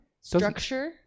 Structure